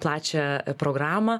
plačią programą